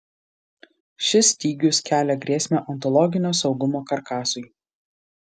šis stygius kelia grėsmę ontologinio saugumo karkasui